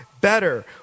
better